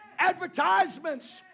advertisements